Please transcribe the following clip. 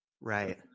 Right